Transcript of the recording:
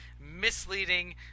misleading